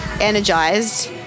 energized